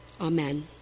Amen